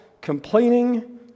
complaining